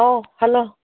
ꯑꯣ ꯍꯜꯂꯣ